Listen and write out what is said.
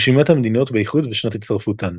רשימת המדינות באיחוד ושנת הצטרפותן